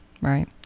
right